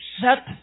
Set